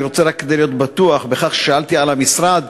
אני רוצה, רק כדי להיות בטוח בכך ששאלתי על המשרד,